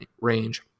range